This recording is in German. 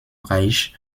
reich